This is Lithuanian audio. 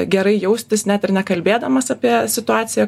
gerai jaustis net ir nekalbėdamas apie situaciją